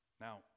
Now